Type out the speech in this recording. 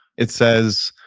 it says,